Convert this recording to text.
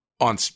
On